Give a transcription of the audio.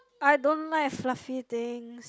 I don't like fluffy things